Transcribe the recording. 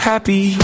Happy